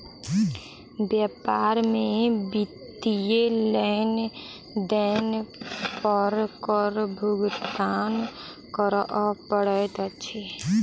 व्यापार में वित्तीय लेन देन पर कर भुगतान करअ पड़ैत अछि